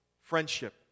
friendship